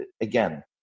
again